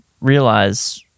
realize